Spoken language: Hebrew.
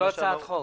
זה לא הצעת חוק,